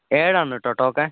ഏഴാണ് കേട്ടോ ടോക്കൺ